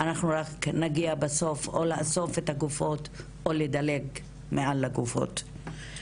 אנחנו נגיע כבר בסוף בכדי לאסוף את הגופות או לדלג מעל הגופות".